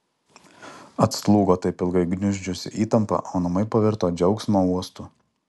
atslūgo taip ilgai gniuždžiusi įtampa o namai pavirto džiaugsmo uostu